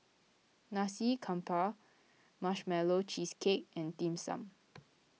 Nasi Campur Marshmallow Cheesecake and Dim Sum